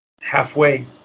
Halfway